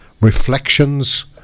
Reflections